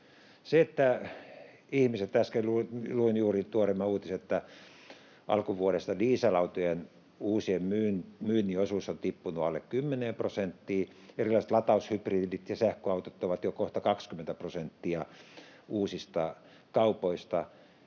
Äsken luin juuri tuoreimman uutisen, että alkuvuodesta uusien dieselautojen myynnin osuus on tippunut alle kymmeneen prosenttiin ja erilaiset lataushybridit ja sähköautot ovat jo kohta 20 prosenttia uusista kaupoista.